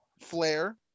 Flare